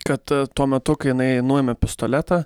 kad tuo metu kai jinai nuėmė pistoletą